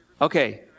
Okay